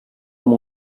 amb